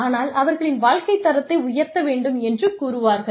ஆனால் அவர்களின் வாழ்க்கைத் தரத்தை உயர்த்த வேண்டும் என்று கூறுவார்கள்